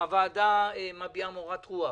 הוועדה מביעה מורת רוח